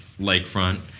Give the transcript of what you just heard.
lakefront